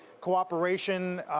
cooperation